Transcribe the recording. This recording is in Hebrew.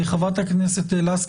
חברת הכנסת לסקי.